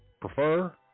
prefer